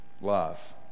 love